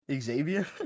Xavier